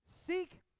Seek